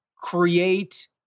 create